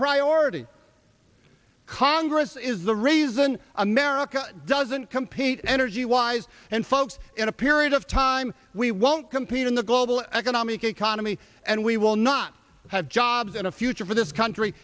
priority congress is the reason america doesn't compete energy wise and folks in a period of time we won't compete in the global economic economy and we will not have jobs and a future for this country